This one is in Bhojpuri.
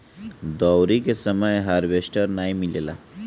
दँवरी के समय हार्वेस्टर नाइ मिलेला